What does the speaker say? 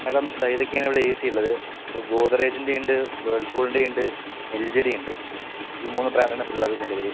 madam ദാ ഇതൊക്കെയാണ് A സിയുള്ളത് ഇപ്പോൾ ഗോഥറേജിൻ്റെയുണ്ട് വേൾപൂളിൻ്റെയുണ്ട് എൽ ജിടെയുണ്ട് ഈ മൂന്ന് ബ്രാൻഡാണ് ഇപ്പൊൾ ഉള്ളത് നിലവില്